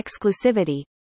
exclusivity